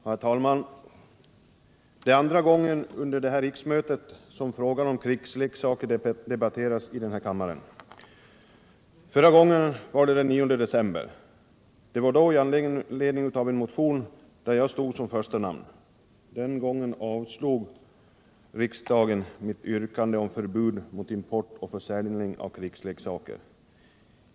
Herr talman! Det är nu andra gången under det här riksmötet som frågan om krigsleksaker debatteras i kammaren — förra gången var den 9 december, i anledning av en motion där mitt namn stod först. Den gången avslog riksdagen mitt yrkande om förbud mot import och försäljning av krigsleksaker.